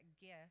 gift